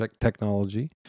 technology